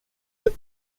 that